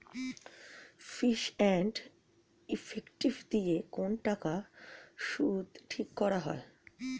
fees and effective দিয়ে কোন টাকার সুদ ঠিক করা হয়